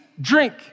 drink